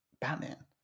Batman